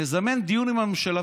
נזמן דיון עם הממשלה.